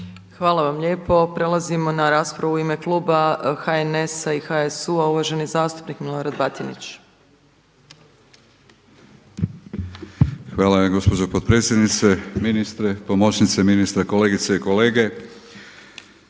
Hvala vam lijepo. Prelazimo na raspravu u ime kluba HNS-a i HSU-a uvaženi zastupnik Milorad Batinić. **Batinić, Milorad (HNS)** Hvala gospođo potpredsjednice. Ministre, pomoćnice ministra, kolegice i kolege.